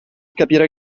capire